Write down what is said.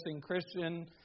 Christian